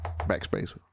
backspace